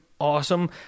Awesome